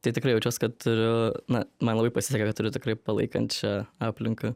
tai tikrai jaučiuos kad turiu na man labai pasisekė kad turiu tikrai palaikančią aplinką